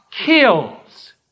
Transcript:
kills